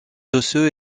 osseux